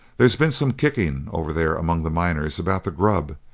there's been some kicking over there among the miners about the grub,